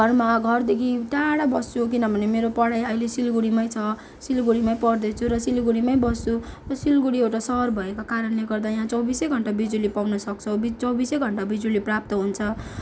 घरमा घर देखि टाढा बस्छु किन भने मेरो पढाई अहिले सिलिगडीमै छ सिलिगडीमै पढदै छु र सिलिगडीमै बस्छु सिलिगडी एउटा सहर भएको कारणले गर्दा यहाँ चौबिसै घन्टा बिजुली पाउन सक्छौँ चौबिसै घन्टा बिजुली प्राप्त हुन्छ